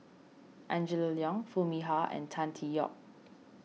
Angela Liong Foo Mee Har and Tan Tee Yoke